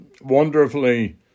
wonderfully